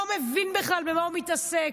הוא לא מבין בכלל במה הוא מתעסק,